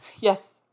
Yes